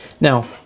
Now